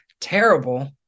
terrible